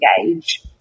engage